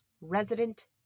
resident